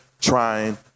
trying